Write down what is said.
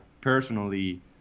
personally